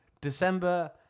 December